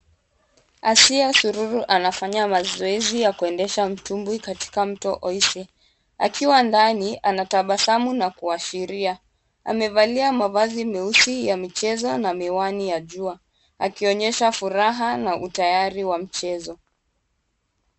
Asiya Sururu anafanya mazoezi ya kuendesha mtumbwi katika mto Oise. Akiwa ndani anatabasamu na kuashiria. Amevalia mavazi meusi ya michezo na miwani ya jua akionyesha furaha na utayari wa mchezo.